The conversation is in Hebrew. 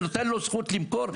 אני נותן לו לזכות למכור,